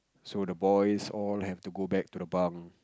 so the boys all have to go back to the bunk